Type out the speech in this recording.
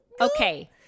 Okay